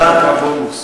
קיבלת דקה בונוס.